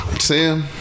Sam